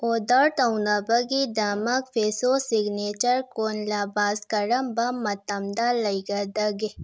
order ꯇꯧꯅꯕꯒꯤꯗꯃꯛ Fresho signature ꯀꯣꯟꯂꯥꯕꯥꯁ ꯀꯔꯝꯕ ꯃꯇꯝꯗ ꯂꯩꯒꯗꯒꯦ